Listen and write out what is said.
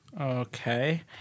Okay